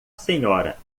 senhora